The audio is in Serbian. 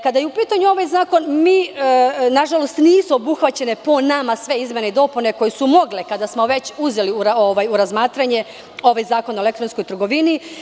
Kada je u pitanju ovaj zakon, nažalost, nisu obuhvaćene, po nama, sve izmene i dopune koje su mogle, kada smo već uzeli u razmatranje ovaj Zakon o elektronskoj trgovini.